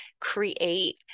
create